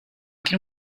can